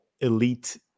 elite